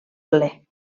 ple